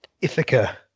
Ithaca